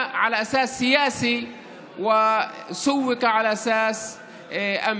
על בסיס פוליטי ושֻׁווקה על בסיס ביטחוני.)